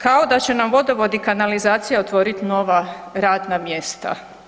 Kao da će nam vodovod i kanalizacija otvorit nova radna mjesta.